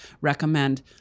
recommend